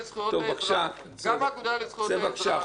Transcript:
צא בבקשה.